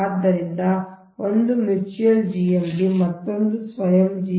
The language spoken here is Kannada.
ಆದ್ದರಿಂದ ಒಂದು ಮ್ಯೂಚುಯಲ್ GMD ಮತ್ತೊಂದು ಸ್ವಯಂ GMD